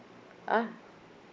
oh